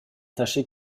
tâchez